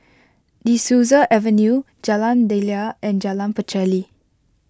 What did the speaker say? De Souza Avenue Jalan Daliah and Jalan Pacheli